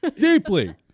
deeply